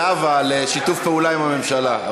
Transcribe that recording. זהבה, על שיתוף פעולה עם הממשלה.